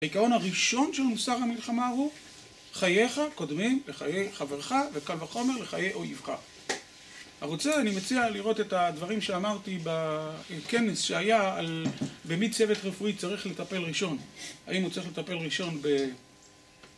העיקרון הראשון של מוסר המלחמה הוא חייך קודמי לחיי חברך וקל וחומר לחיי אויבך. לרוצה אני מציע לראות את הדברים שאמרתי בכנס שהיה במי צוות רפואי צריך לטפל ראשון האם הוא צריך לטפל ראשון ב